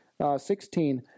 16